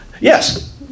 yes